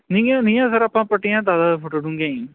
ਨੀਹਾਂ ਨੀਹਾਂ ਸਰ ਆਪਾਂ ਪੱਟੀਆਂ ਦਸ ਦਸ ਫੁੱਟ ਡੂੰਘੀਆਂ ਜੀ